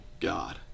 God